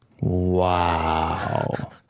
Wow